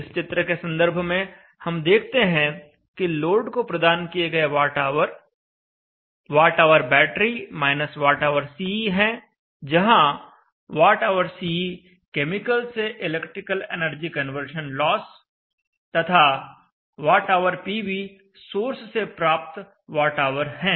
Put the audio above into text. इस चित्र के संदर्भ में हम देखते हैं कि लोड को प्रदान किए गए वॉट ऑवर Whbat Whce हैं जहां Whce केमिकल से इलेक्ट्रिकल एनर्जी कन्वर्शन लॉस तथा WhPV सोर्स से प्राप्त वॉट ऑवर हैं